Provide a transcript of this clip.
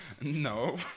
no